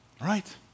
Right